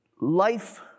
life